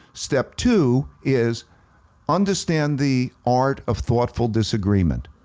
step two is understand the art of thoughtful disagreement.